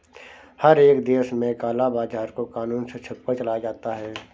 हर एक देश में काला बाजार को कानून से छुपकर चलाया जाता है